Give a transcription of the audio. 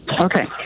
Okay